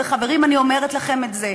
חברים, אני אומרת לכם את זה,